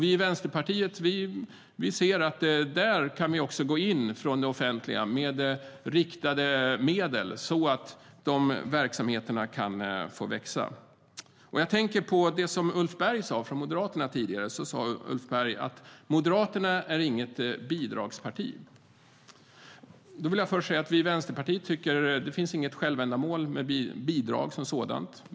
Vi kan gå in från det offentliga med riktade medel, så att de verksamheterna kan få växa, anser vi i Vänsterpartiet.Ulf Berg från Moderaterna sa tidigare att Moderaterna inte är något bidragsparti. Vi i Vänsterpartiet tycker inte att det finns något självändamål med bidrag som sådana.